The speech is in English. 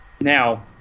Now